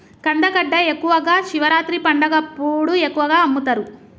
కందగడ్డ ఎక్కువగా శివరాత్రి పండగప్పుడు ఎక్కువగా అమ్ముతరు